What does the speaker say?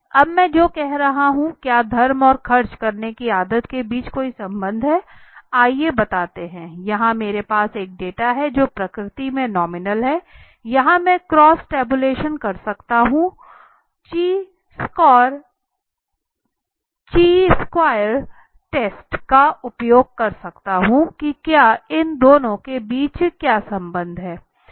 अब मैं जो कह रहा हूं क्या धर्म और खर्च करने की आदत के बीच कोई संबंध है आइए बताते हैं यहां मेरे पास एक डेटा है जो प्रकृति में नॉमिनल है यहां मैं क्रॉस टेबुलेशन कर सकता हूं ची स्क्वायर टेस्ट का उपयोग कर सकता हूं कि क्या इन दोनों के बीच कोई संबंध है